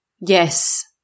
yes